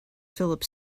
philip